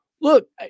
Look